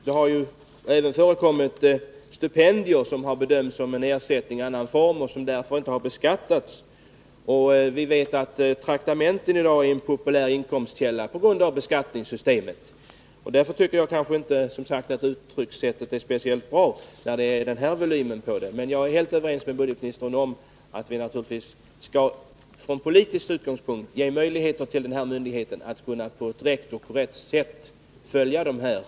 Det har förekommit ersättning i form av stipendier som inte beskattats, och vi vet att traktamenten i dag är en populär inkomstkälla på grund av beskattningssystemet. Därför tycker jag som sagt inte att uttrycket sila mygg och svälja kameler är speciellt bra när det gäller en företeelse med en sådan volym som det här är fråga om. Men jag är helt överens med budgetministern om att vi naturligtvis skall från politisk utgångspunkt ge myndigheterna möjligheter att på rätt sätt följa utvecklingen.